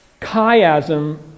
chiasm